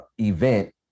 event